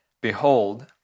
Behold